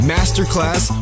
Masterclass